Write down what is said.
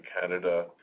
canada